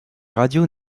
radios